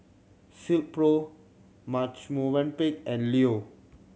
Silkpro Marche Movenpick and Leo